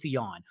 on